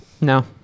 No